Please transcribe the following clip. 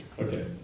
Okay